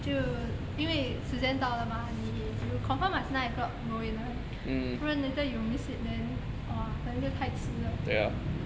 就因为时间到了吗你 you confirm must nine o'clock go in one 不然 later you miss it then !wah! 等下就太迟了